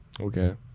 Okay